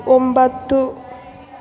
ಒಂಬತ್ತು